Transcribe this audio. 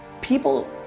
People